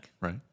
Right